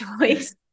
choice